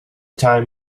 time